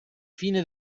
fine